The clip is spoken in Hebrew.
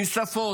עם שפות,